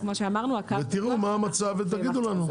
ותראו מה המצב ותגידו לנו.